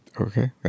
Okay